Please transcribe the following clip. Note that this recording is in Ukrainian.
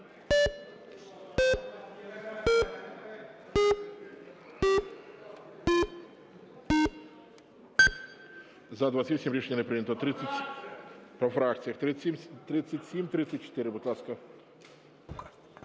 За-28 Рішення не прийнято. По фракціях. 3734, будь ласка.